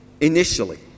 initially